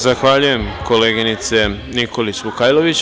Zahvaljujem, koleginice Nikolić Vukajlović.